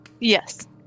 yes